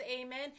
amen